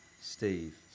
Steve